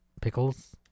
pickles